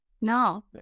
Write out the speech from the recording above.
No